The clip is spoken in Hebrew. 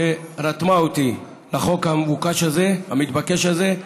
שרתמה אותי לחוק המתבקש הזה.